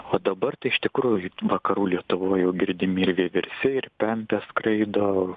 o dabar tai iš tikrųjų vakarų lietuvoj jau girdimi ir vieversiai ir pempės skraido